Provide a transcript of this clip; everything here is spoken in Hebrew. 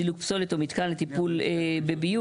סילוק פסולת או מתקן לטיפול בביוב".